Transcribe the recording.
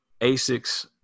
Asics